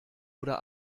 oder